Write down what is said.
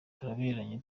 turaberanye